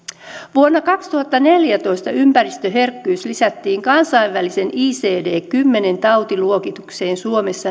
vuonna kaksituhattaneljätoista ympäristöherkkyys lisättiin kansainväliseen icd kymmenen tautiluokitukseen suomessa